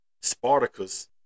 Spartacus